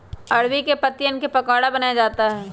अरबी के पत्तिवन क पकोड़ा बनाया जाता है